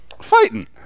Fighting